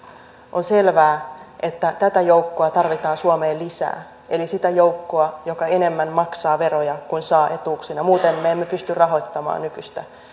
on selvää että tätä joukkoa tarvitaan suomeen lisää eli sitä joukkoa joka enemmän maksaa veroja kuin saa etuuksina muuten me emme pysty rahoittamaan nykyistä